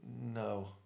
No